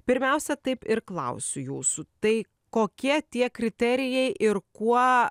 pirmiausia taip ir klausiu jūsų tai kokie tie kriterijai ir kuo